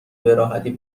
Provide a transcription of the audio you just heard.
براحتی